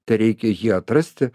tereikia jį atrasti